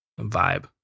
vibe